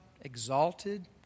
exalted